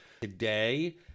today